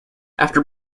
after